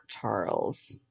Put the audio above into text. Charles